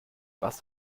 was